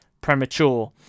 premature